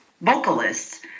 vocalists